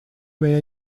меня